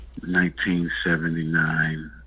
1979